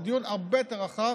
זה דיון הרבה יותר רחב